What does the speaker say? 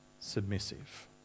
Submissive